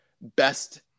best